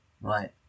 right